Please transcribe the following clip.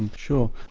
and sure.